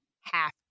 half